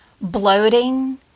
bloating